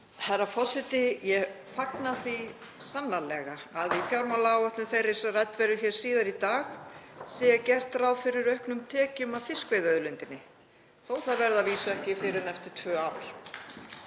Herra forseti. Ég fagna því sannarlega að í fjármálaáætlun þeirri sem rædd verður hér síðar í dag sé gert ráð fyrir auknum tekjum af fiskveiðiauðlindinni þótt það verði að vísu ekki fyrr en eftir tvö ár.